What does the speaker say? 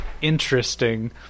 interesting